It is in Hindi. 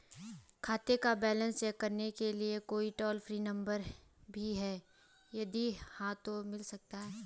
खाते का बैलेंस चेक करने के लिए कोई टॉल फ्री नम्बर भी है यदि हाँ तो मिल सकता है?